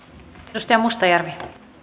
arvoisa